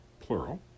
plural